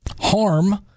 harm